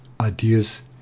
Ideas